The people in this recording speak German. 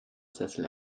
sessel